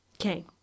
Okay